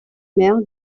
mère